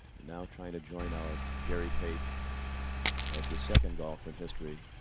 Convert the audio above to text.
now trying to join our jerry pate as the second golfer in history